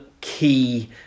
key